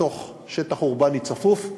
בתוך שטח אורבני צפוף,